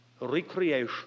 recreation